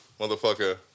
motherfucker